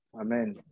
Amen